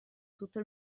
tutto